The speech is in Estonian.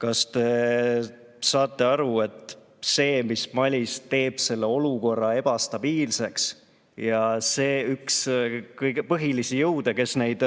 Kas te saate aru, et see, mis Malis teeb olukorra ebastabiilseks, ja üks põhilisi jõude, kes neid